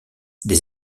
des